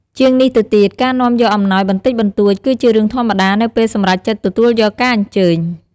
ជាងនេះទៅទៀត ការនាំយកអំណោយបន្តិចបន្តួចគឺជារឿងធម្មតានៅពេលសម្រេចចិត្តទទួលយកការអញ្ជើញ។